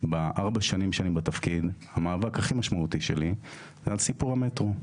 בארבע השנים שאני בתפקיד המאבק הכי משמעותי שלי זה סיפור המטרו,